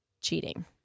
cheating